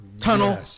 Tunnel